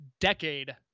decade